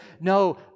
no